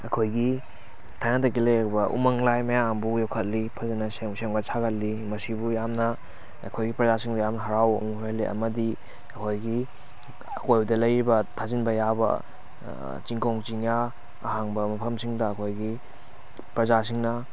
ꯑꯩꯈꯣꯏꯒꯤ ꯊꯥꯏꯅꯗꯒꯤ ꯂꯩꯔꯛꯑꯕ ꯎꯃꯪ ꯂꯥꯏ ꯃꯌꯥꯝꯕꯨ ꯌꯣꯛꯈꯠꯂꯤ ꯐꯖꯅ ꯁꯦꯝꯒꯠ ꯁꯥꯒꯠꯂꯤ ꯃꯁꯤꯕꯨ ꯌꯥꯝꯅ ꯑꯩꯈꯣꯏꯒꯤ ꯄ꯭ꯔꯖꯥꯁꯤꯡꯗ ꯌꯥꯝ ꯍꯔꯥꯎꯕ ꯑꯃ ꯑꯣꯏꯍꯜꯂꯤ ꯑꯃꯗꯤ ꯑꯩꯈꯣꯏꯒꯤ ꯑꯀꯣꯏꯕꯗ ꯂꯩꯕ ꯊꯥꯖꯤꯟꯕ ꯌꯥꯕ ꯆꯤꯡꯈꯣꯡ ꯆꯤꯡꯌꯥ ꯑꯍꯥꯡꯕ ꯃꯐꯝꯁꯤꯡꯗ ꯑꯩꯈꯣꯏꯒꯤ ꯄ꯭ꯔꯖꯥꯁꯤꯡꯅ